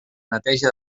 neteja